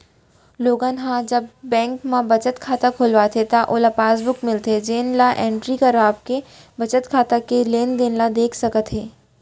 लोगन ह जब बेंक म बचत खाता खोलवाथे त ओला पासबुक मिलथे जेन ल एंटरी कराके बचत खाता के लेनदेन ल देख सकत हे